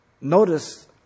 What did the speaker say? notice